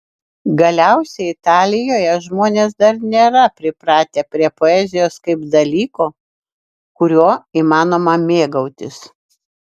galiausiai italijoje žmonės dar nėra pripratę prie poezijos kaip dalyko kuriuo įmanoma mėgautis